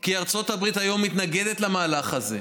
כי ארצות הברית היום מתנגדת למהלך הזה.